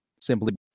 simply